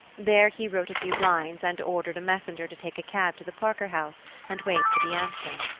there he wrote a few lines, and ordered a messenger to take a cab to the parker house and wait for the answer.